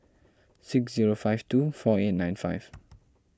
six zero five two four eight nine five